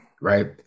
right